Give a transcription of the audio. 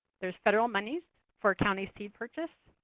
there's federal monies for county seed purchase.